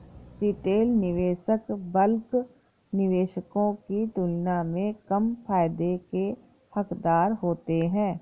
retail निवेशक bulk निवेशकों की तुलना में कम फायदे के हक़दार होते हैं